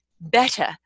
better